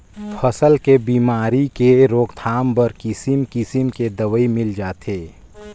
फसल के बेमारी के रोकथाम बर किसिम किसम के दवई मिल जाथे